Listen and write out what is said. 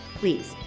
please,